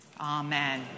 Amen